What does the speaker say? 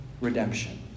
redemption